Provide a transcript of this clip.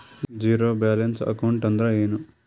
Zero balance account ಅಂದ್ರ ಏನು?